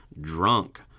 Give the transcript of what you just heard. drunk